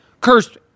cursed